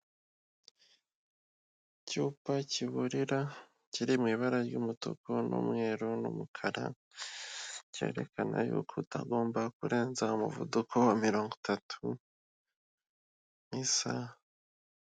Icyupa kiburira kiri mu ibara ry'umutuku n'umweru n'umukara cyerekana yuko utagomba kurenza umuvuduko wa mirongo itatu mu isaha.